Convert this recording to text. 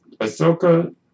Ahsoka